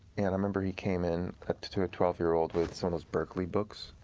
and i remember he came in to to a twelve year old with some of those berklee books,